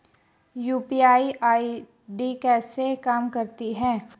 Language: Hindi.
यू.पी.आई आई.डी कैसे काम करता है?